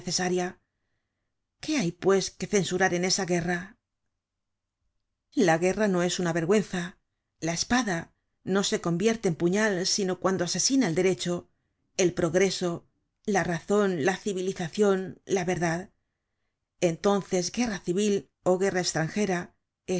qué hay pues que censurar en esa guerra la guerra no es una vergüenza la espada no se convierte en puñal sino cuando asesina el derecho el progreso la razon la civilizacion la verdad entonces guerra civil ó guerra estranjera